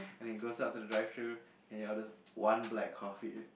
then he goes up to the drive through and he orders one black coffee